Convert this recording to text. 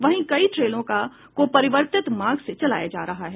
वहीं कई ट्रेनों को परिवर्तित मार्ग से चलाया जा रहा है